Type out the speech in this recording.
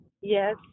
Yes